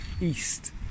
east